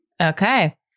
Okay